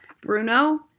Bruno